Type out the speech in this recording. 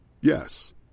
Yes